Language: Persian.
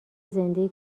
زنده